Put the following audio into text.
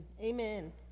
amen